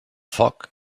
foc